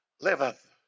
liveth